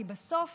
כי בסוף